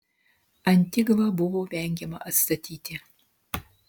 antigvą buvo vengiama atstatyti